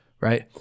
Right